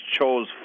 chose